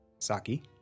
Saki